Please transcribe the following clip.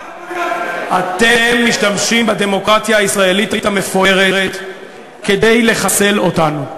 אתם משתמשים בדמוקרטיה הישראלית המפוארת כדי לחסל אותנו.